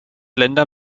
länder